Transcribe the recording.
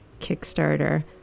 kickstarter